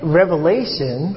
revelation